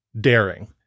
daring